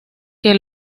que